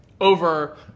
over